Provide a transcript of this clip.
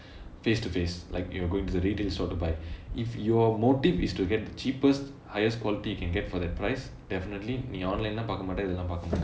face to face like you will go to the retail store to buy if your motive is to get the cheapest highest quality you can get for that price definitely நீ:nee online லாம் பார்க்கமாட்டே இதுலாம் பார்க்கமாட்டே:laam paarkamaatae ithulaam paarkamaatae